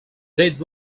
did